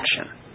action